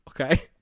Okay